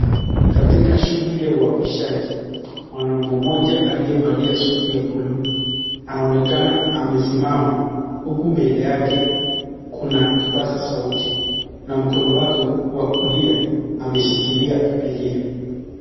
Katika shughuli ya uapishaji , mwanaume mmoja aliyevalia suti ya bluu anaonekana amesimama huku mbele yake kuna kipasa sauti na mkono wake wa kulia ameshikilia bibilia.